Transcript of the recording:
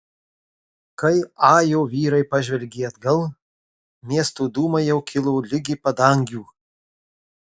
kai ajo vyrai pažvelgė atgal miesto dūmai jau kilo ligi padangių